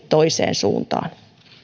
toiseen suuntaan